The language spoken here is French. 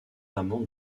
amant